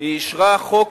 היא אישרה חוק,